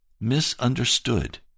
misunderstood